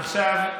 עכשיו,